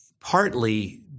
partly